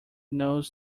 knows